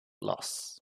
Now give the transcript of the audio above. loss